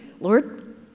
Lord